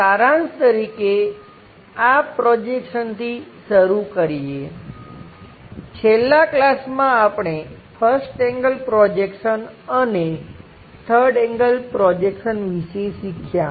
સારાંશ તરીકે આ પ્રોજેક્શનથી શરૂ કરીએ છેલ્લા ક્લાસમાં આપણે 1st એંગલ પ્રોજેક્શન અને 3rd એંગલ પ્રોજેક્શન વિશે શીખ્યાં